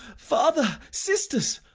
father! sisters!